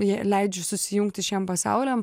jie leidžia susijungti šiem pasauliam